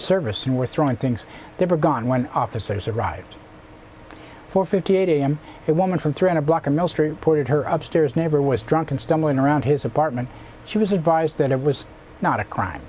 service and were throwing things they were gone when officers arrived four fifty eight am a woman from trying to block a most reported her up stairs neighbor was drunk and stumbling around his apartment she was advised that it was not a crime